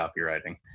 copywriting